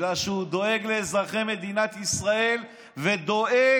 בגלל שהוא דואג לאזרחי מדינת ישראל ודואג